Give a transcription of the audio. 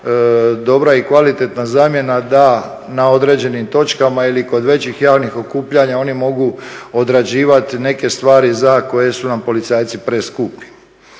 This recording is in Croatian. dobra i kvalitetna zamjena da na određenim točkama ili kod većih javnih okupljanja oni mogu odrađivati neke stvari za koje su nam policajci preskupi.